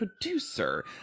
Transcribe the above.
producer